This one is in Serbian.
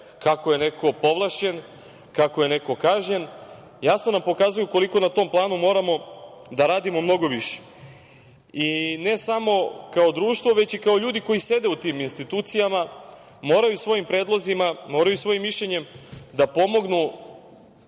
kako je neko povlašćen, kako je neko kažnjen, jasno nam pokazuju koliko na tom planu moramo da radimo mnogo više i ne samo kao društvo, već i ljudi koji sede u tim institucijama moraju svojim predlozima, moraju svojim mišljenjem da pomognu